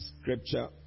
scripture